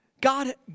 God